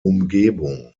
umgebung